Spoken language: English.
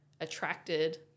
attracted